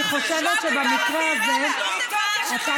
אני חושבת שבמקרה הזה אתה